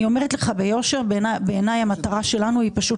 אני אומרת לך ביושר שבעיניי המטרה שלנו היא פשוט